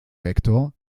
vektor